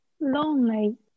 lonely